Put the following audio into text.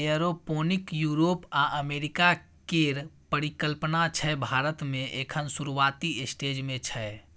aeroponic Europe आ America केर परिकल्पना छै भारत मे एखन शुरूआती स्टेज मे छै